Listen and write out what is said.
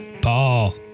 Paul